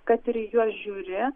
kad ir į juos žiūri